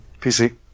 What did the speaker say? PC